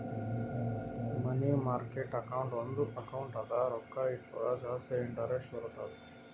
ಮನಿ market account ಒಂದ್ account ಅದ ರೊಕ್ಕಾ ಇಟ್ಟುರ ಜಾಸ್ತಿ ಇಂಟರೆಸ್ಟ್ ಬರ್ತುದ್